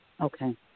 Okay